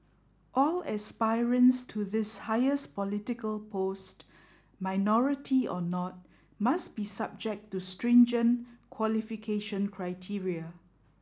all aspirants to this highest political post minority or not must be subject to stringent qualification criteria